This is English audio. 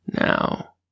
now